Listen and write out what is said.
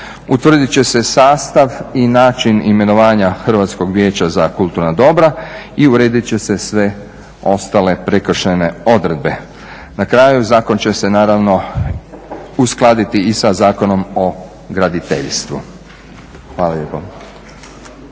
Utvrdit će se sastav i način imenovanja Hrvatskog vijeća za kulturna dobra i uredit će se sve ostale prekršajne odredbe. Na kraju zakon će se naravno uskladiti i sa Zakonom o graditeljstvu. Hvala lijepo.